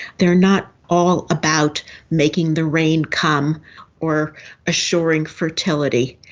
they are not all about making the rain come or assuring fertility.